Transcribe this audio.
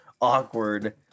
awkward